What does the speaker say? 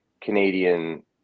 Canadian